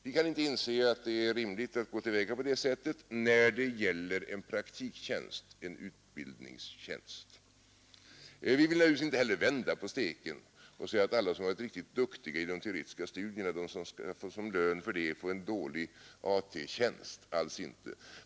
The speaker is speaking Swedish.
Vi kan inte inse att det är rimligt att gå till väga på det sättet när det gäller en praktiktjänst, en utbildningstjänst. Vi vill naturligtvis inte heller vända på steken och säga att alla som har varit riktigt duktiga i de teoretiska studierna som lön för det skall få en dålig AT-tjänst — alls inte.